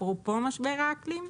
אפרופו משבר האקלים,